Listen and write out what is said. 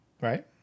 Right